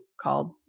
called